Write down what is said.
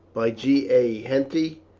by g. a. henty